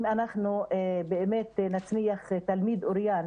אנחנו נצליח להביא תלמיד למצב אוריין,